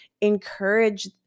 encourage